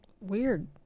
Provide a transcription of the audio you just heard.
weird